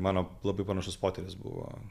mano labai panašus potyris buvo